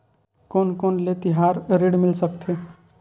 कोन कोन ले तिहार ऋण मिल सकथे?